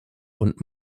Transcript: und